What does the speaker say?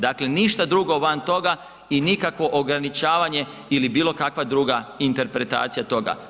Dakle, ništa drugo van toga i nikakvo ograničavanje ili bilo kakva druga interpretacija toga.